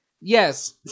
yes